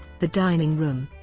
the dining room,